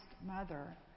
mother